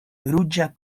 ruĝa